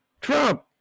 Trump